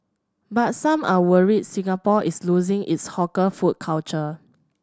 but some are worried Singapore is losing its hawker food culture